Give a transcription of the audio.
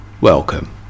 Welcome